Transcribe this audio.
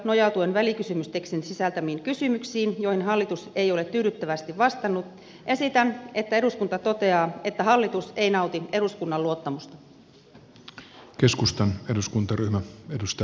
nojautuen välikysymystekstin sisältämiin kysymyksiin joihin hallitus ei ole tyydyttävästi vastannut eduskunta toteaa että hallitus ei nauti eduskunnan luottamusta